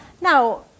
Now